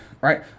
right